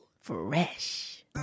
fresh